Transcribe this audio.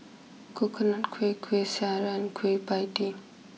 Coconut Kuih Kuih Syara Kueh Pie Tee